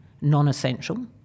non-essential